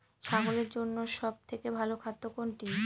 ছাগলের জন্য সব থেকে ভালো খাদ্য কোনটি?